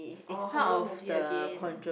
oh horror movie again